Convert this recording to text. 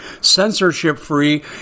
censorship-free